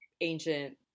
ancient